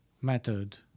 method